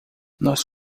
nós